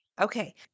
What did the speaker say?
Okay